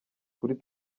kuri